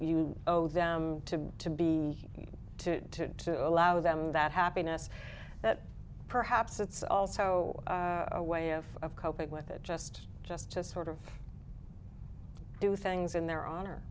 you owe them to to be to to allow them that happiness that perhaps it's also a way of coping with it just just to sort of do things in their